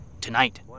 Tonight